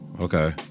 okay